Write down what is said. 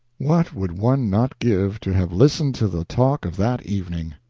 what would one not give to have listened to the talk of that evening!